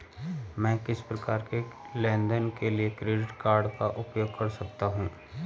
मैं किस प्रकार के लेनदेन के लिए क्रेडिट कार्ड का उपयोग कर सकता हूं?